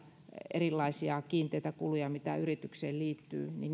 erilaisia kiinteitä kuluja mitä yritykseen liittyy